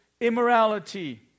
immorality